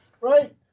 Right